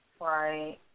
Right